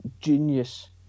genius